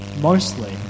mostly